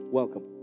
welcome